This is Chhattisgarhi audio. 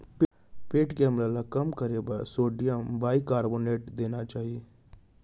पेट के अम्ल ल कम करे बर सोडियम बाइकारबोनेट देना चाही